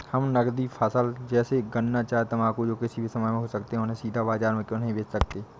हम नगदी फसल जैसे गन्ना चाय तंबाकू जो किसी भी समय में हो सकते हैं उन्हें सीधा बाजार में क्यो नहीं बेच सकते हैं?